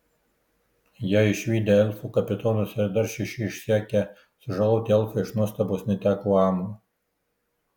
ją išvydę elfų kapitonas ir dar šeši išsekę sužaloti elfai iš nuostabos neteko amo